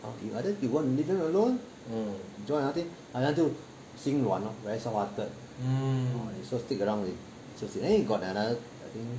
either you want to leave them alone join another team then 她就心软 lor very soft hearted so stick around with the team then got another I think